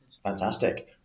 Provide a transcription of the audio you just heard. Fantastic